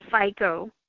FICO